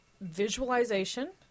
visualization